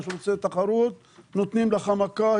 ורוצה תחרות נותנים לך מכה.